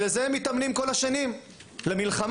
שלזה הם מתאמנים כל השנים, למלחמה.